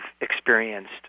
experienced